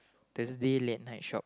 Thursday late night shop